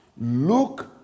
look